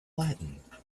latin